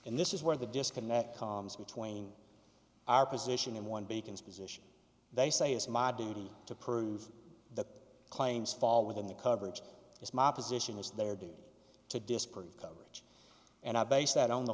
and this is where the disconnect comes between our position in one beacons position they say is my duty to prove claims fall within the coverage is my position is their duty to disprove coverage and i base that on the